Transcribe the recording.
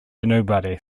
nobody